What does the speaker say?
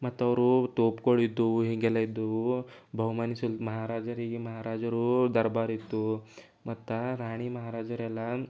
ಮತ್ತೆ ಅವರೂ ತೋಪುಗಳು ಇದ್ದವು ಹೀಗೆಲ್ಲ ಇದ್ದವು ಬಹಮನಿ ಸುಲ್ ಮಹಾರಾಜರಿಗೆ ಮಹಾರಾಜರೂ ದರ್ಬಾರ್ ಇತ್ತೂ ಮತ್ತೆ ರಾಣಿ ಮಹಾರಾಜರೆಲ್ಲಾ